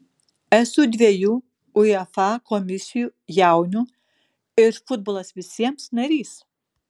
esu dviejų uefa komisijų jaunių ir futbolas visiems narys